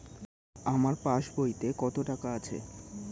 আমার পাস বইতে কত টাকা আছে?